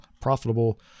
profitable